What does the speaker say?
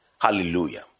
Hallelujah